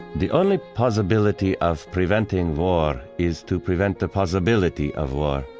the only possibility of preventing war is to prevent the possibility of war.